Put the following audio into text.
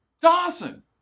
Dawson